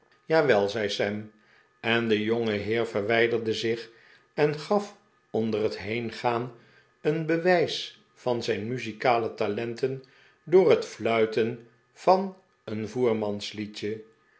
jawel zei sam en de jongeheer verwijderde zich en gaf onder het heengaan een bewijs van zijn muzikale talentrn door het fluiten van een voermansliedje